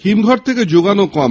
হিমঘর থেকে জোগানও কম